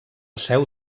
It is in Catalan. seu